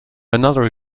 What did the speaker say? another